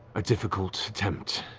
a difficult attempt.